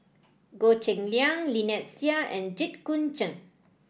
Goh Cheng Liang Lynnette Seah and Jit Koon Ch'ng